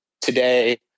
today